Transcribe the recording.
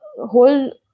whole